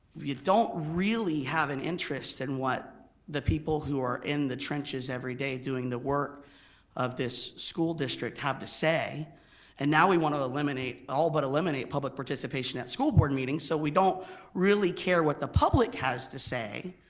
you don't really have an interest in and what the people who are in the trenches every day doing the work of this school district have to say and now we wanna eliminate, all but eliminate all public participation at school board meetings so we don't really care what the public has to say,